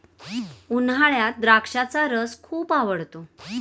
उन्हाळ्यात द्राक्षाचा रस खूप आवडतो